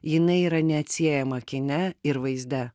jinai yra neatsiejama kine ir vaizde